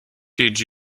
did